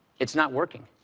it's not working.